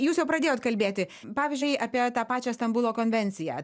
jūs jau pradėjot kalbėti pavyzdžiui apie tą pačią stambulo konvenciją